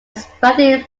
expanding